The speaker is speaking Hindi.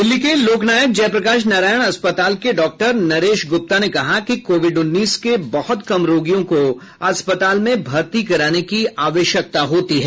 दिल्ली के लोकनायक जयप्रकाश नारायण अस्पताल के डॉक्टर नरेश गुप्ता ने कहा कि कोविड उन्नीस के बहुत कम रोगियों को अस्पताल में भर्ती कराने की आवश्यकता होती है